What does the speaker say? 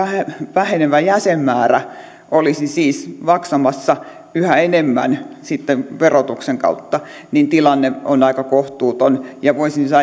vähenevä jäsenmäärä olisi siis maksamassa yhä enemmän sitten verotuksen kautta niin tilanne on aika kohtuuton voisin